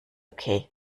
okay